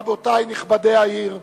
רבותי נכבדי העיר,